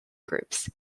groups